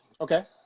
Okay